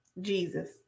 jesus